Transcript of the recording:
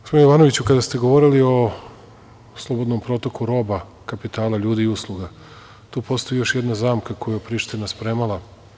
Gospodine Jovanoviću kada ste govorili o slobodnom protoku roba, kapitalu ljudi i usluga, tu postoji još jedna zamka koju je Priština spremala.